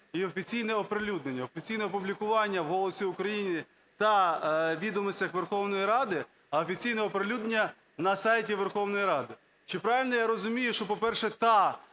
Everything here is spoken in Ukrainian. і "офіційне оприлюднення". "Офіційне опублікування" – в "Голосі України" та відомостях Верховної Ради, а "офіційне оприлюднення" – на сайті Верховної Ради. Чи правильно я розумію, що, по-перше, та